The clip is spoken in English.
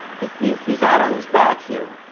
he's he's out on his back here.